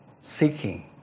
seeking